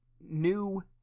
new